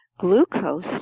glucose